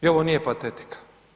I ovo nije patetika.